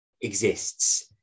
exists